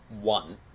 one